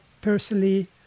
personally